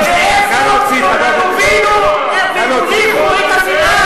חבר הכנסת נסים זאב,